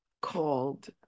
called